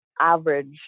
average